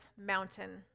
mountain